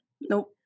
Nope